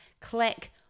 click